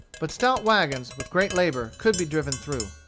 but stout wagons, with great labor, could be driven through.